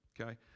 okay